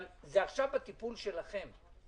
אבל זה עכשיו בטיפול שלכם.